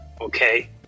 Okay